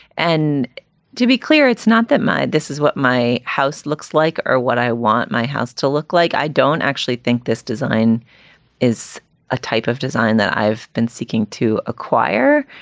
and to be clear, it's not that much. this is what my house looks like or what i want my house to look like. i don't actually think this design is a type of design that i've been seeking to acquire.